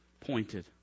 pointed